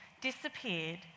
disappeared